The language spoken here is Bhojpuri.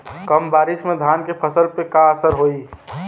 कम बारिश में धान के फसल पे का असर होई?